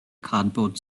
cardboard